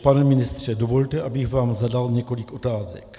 Pane ministře, dovolte, abych vám zadal několik otázek.